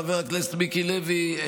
חבר הכנסת מיקי לוי,